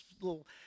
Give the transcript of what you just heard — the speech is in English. little